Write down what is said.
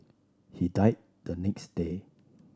he died the next day